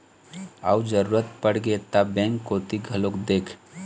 अउ जरुरत पड़गे ता बेंक कोती घलोक देख